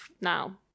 now